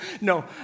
no